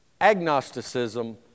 agnosticism